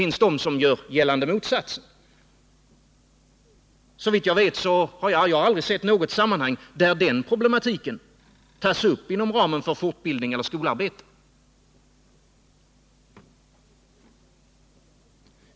Andra gör gällande motsatsen. Jag har inte i något sammanhang sett att den problematiken tas upp inom ramen för fortbildning eller skolarbete.